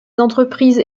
entreprises